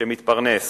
שמתפרנס